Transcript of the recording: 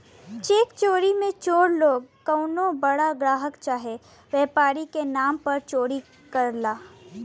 check चोरी मे चोर लोग कउनो बड़ा ग्राहक चाहे व्यापारी के नाम पर चोरी करला